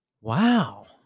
Wow